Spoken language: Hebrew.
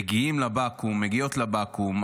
מגיעים לבקו"ם, מגיעות לבקו"ם.